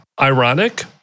ironic